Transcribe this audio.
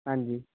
ਹਾਂਜੀ